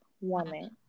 woman